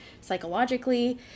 psychologically